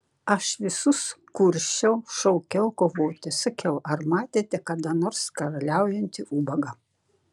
aš visus kursčiau šaukiau kovoti sakiau ar matėte kada nors karaliaujantį ubagą